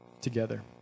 together